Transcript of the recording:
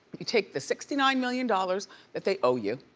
you take the sixty nine million dollars that they owe you,